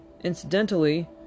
incidentally